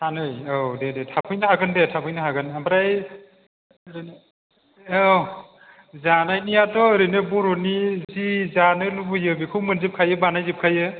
सानै औ दे दे थाफैनो हागोन दे थाफैनो हागोन ओमफ्राय नों औ जानायनियाथ' ओरैनो बर'नि जि जानो लुबैयो बेखौ बानाय जोबखायो